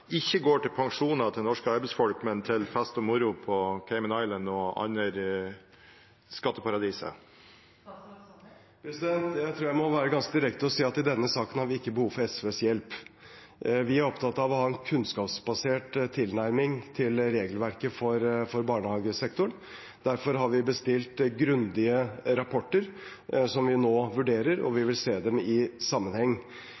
pensjoner til norske arbeidsfolk, men til fest og moro på Cayman Island og i andre skatteparadiser? Jeg tror jeg må være ganske direkte og si at i denne saken har vi ikke behov for SVs hjelp. Vi er opptatt av å ha en kunnskapsbasert tilnærming til regelverket for barnehagesektoren. Derfor har vi bestilt grundige rapporter, som vi nå vurderer, og vi